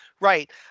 right